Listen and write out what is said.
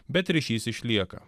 bet ryšys išlieka